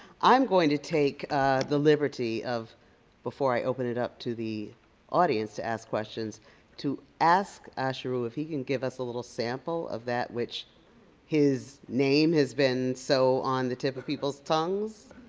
i'm going to take the liberty of before i open it up to the audience to ask questions to ask asheru if he can give us a little sample of that which his name has been so on the tip of people's tongues.